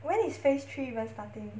when is phase three even starting